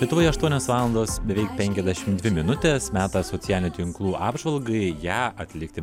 lietuvoje aštuonios valandos beveik penkiasdešim dvi minutės metas socialinių tinklų apžvalgai ją atlikti